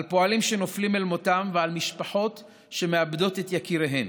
על פועלים שנופלים אל מותם ועל משפחות שמאבדות את יקיריהן.